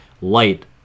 Light